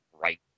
right